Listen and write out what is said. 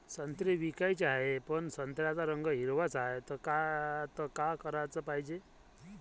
संत्रे विकाचे हाये, पन संत्र्याचा रंग हिरवाच हाये, त का कराच पायजे?